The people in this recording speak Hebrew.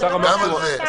גם על זה.